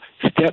step